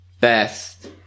Best